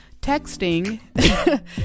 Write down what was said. texting